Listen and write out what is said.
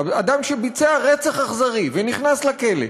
אדם שביצע רצח אכזרי ונכנס לכלא,